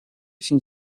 sin